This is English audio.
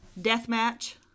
Deathmatch